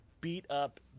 beat-up